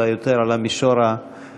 אלא יותר על המישור המאחד.